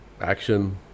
action